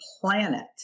planet